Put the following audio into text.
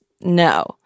no